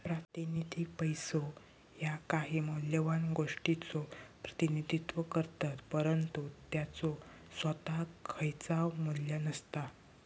प्रातिनिधिक पैसो ह्या काही मौल्यवान गोष्टीचो प्रतिनिधित्व करतत, परंतु त्याचो सोताक खयचाव मू्ल्य नसता